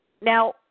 Now